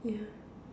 yeah